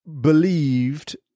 believed